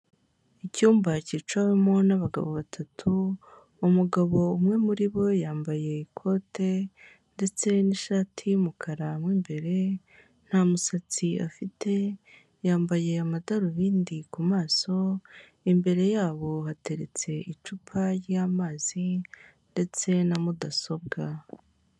Icyumba kicawemo n'abagabo batatu, umugabo umwe muri bo yambaye ikote ndetse n'ishati y'umukara mo imbere, nta musatsi afite, yambaye amadarubindi ku maso, imbere yabo hateretse icupa ry'amazi ndetse na mudasobwa.